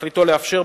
שתכליתו לאפשר,